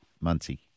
Muncie